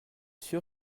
sûr